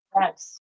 Yes